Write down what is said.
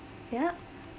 yeah